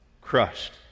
crushed